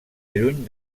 lluny